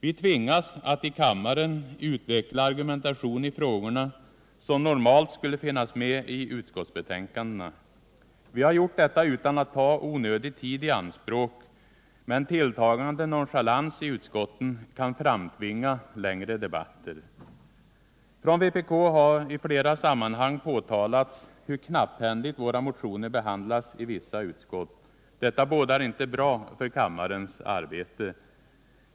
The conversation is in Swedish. Vi tvingas att i kammaren utveckla argumentation i frågorna som normalt skulle finnas med i utskottsbetänkandena. Vi har gjort detta utan att ta onödig tid i anspråk, men tilltagande nonchalans i utskotten kan framtvinga längre debatter. Från vpk har i flera sammanhang påtalats hur knapphändigt våra motioner behandlas i vissa utskott. Detta bådar inte gott för kammarens arbete.